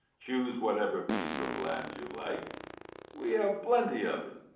choose whatever piece of land you like we have plenty of it.